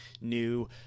new